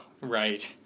Right